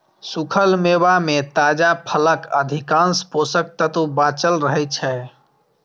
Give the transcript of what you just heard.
सूखल मेवा मे ताजा फलक अधिकांश पोषक तत्व बांचल रहै छै